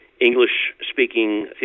English-speaking